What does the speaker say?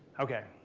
okay.